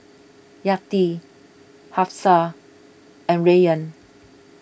Yati Hafsa and Rayyan